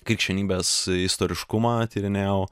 krikščionybės istoriškumą tyrinėjau